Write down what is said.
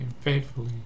faithfully